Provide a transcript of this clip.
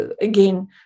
Again